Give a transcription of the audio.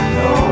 no